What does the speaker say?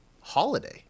Holiday